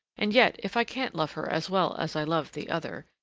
and yet, if i can't love her as well as i loved the other,